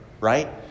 right